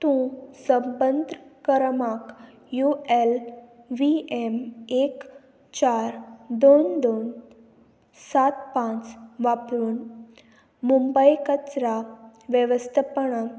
तूं संपंद क्रमाक यू एल व्ही एम एक चार दोन दोन सात पांच वापरून मुंबय कचरा वेवस्थपणाक